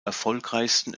erfolgreichsten